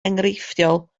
enghreifftiol